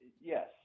Yes